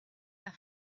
not